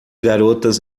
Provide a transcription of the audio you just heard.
garotas